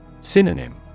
Synonym